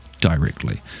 directly